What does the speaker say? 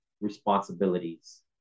responsibilities